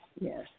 yes